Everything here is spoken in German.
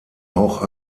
auch